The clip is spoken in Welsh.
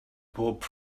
pob